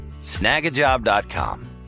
Snagajob.com